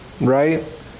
right